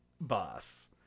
boss